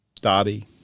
Dottie